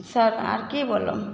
sir आओर कि बोलू